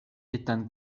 etan